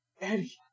Eddie